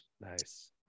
Nice